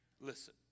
listen